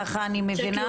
ככה אני מבינה.